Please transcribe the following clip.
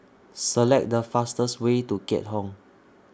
Select The fastest Way to Keat Hong